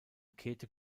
käthe